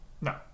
No